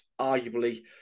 arguably